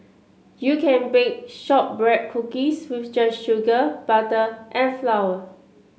you can bake shortbread cookies with just sugar butter and flour